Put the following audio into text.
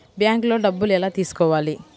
బ్యాంక్లో డబ్బులు ఎలా తీసుకోవాలి?